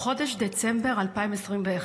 מחודש דצמבר 2021,